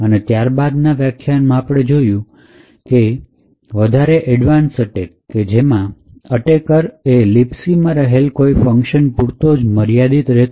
અને બીજા વ્યાખ્યાનમાં આપણે જોયું વધારે એડવાન્સ અટેક કે જ્યાં અટેકર એ libc માં રહેલા કોઈ ફંકશન પૂરતો જ મર્યાદિત નથી રહેતો